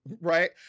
Right